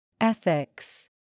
Ethics